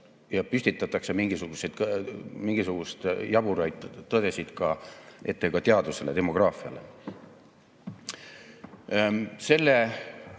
ja püstitatakse mingisuguseid jaburaid tõdesid ette ka teadusele, demograafiale. Selles